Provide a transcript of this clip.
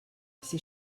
ses